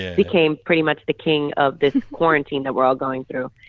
became pretty much the king of this quarantine that we're all going through.